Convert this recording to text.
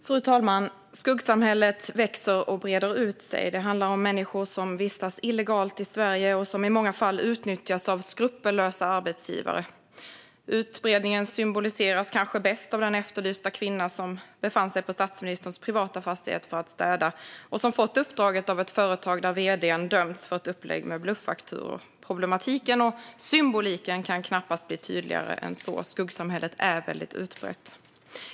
Fru talman! Skuggsamhället växer och breder ut sig. Det handlar om människor som vistas illegalt i Sverige och som i många fall utnyttjas av skrupellösa arbetsgivare. Utbredningen symboliseras kanske bäst av den efterlysta kvinna som befann sig på statsministerns privata fastighet för att städa och som hade fått uppdraget av ett företag vars vd dömts för ett upplägg med bluffakturor. Problematiken, och symboliken, kan knappast bli tydligare. Skuggsamhället är utbrett.